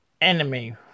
enemy